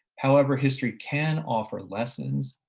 however, history can offer lessons,